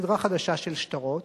סדרה חדשה של שטרות,